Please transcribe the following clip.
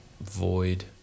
void